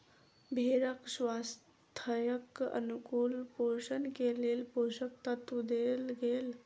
भेड़क स्वास्थ्यक अनुकूल पोषण के लेल पोषक तत्व देल गेल